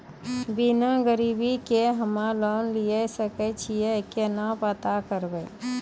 बिना गिरवी के हम्मय लोन लिये सके छियै केना पता करबै?